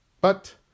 but